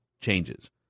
changes